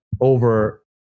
over